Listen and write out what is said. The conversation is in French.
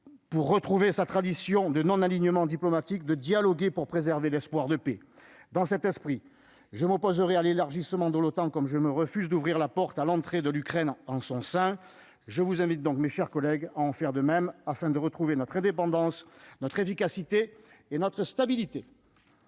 pour retrouver sa tradition de non-alignement diplomatique de dialoguer pour préserver l'espoir de paix dans cet esprit, je m'opposerai à l'élargissement de l'OTAN, comme je me refuse d'ouvrir la porte à l'entrée de l'Ukraine, en son sein, je vous invite donc, mes chers collègues en faire de même afin de retrouver notre indépendance, notre efficacité et notre stabilité.